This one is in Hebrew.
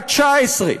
בת 19,